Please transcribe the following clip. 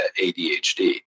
ADHD